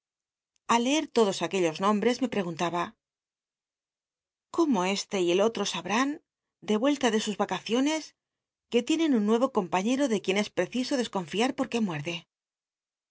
al leer todos aquellos nombres me preguntaba ce cómo este y el otro sabrán de vuelta de sus mc cioncs que tienen un nuem compañero dc quien es preciso desconfiar por muerde